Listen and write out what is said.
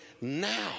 now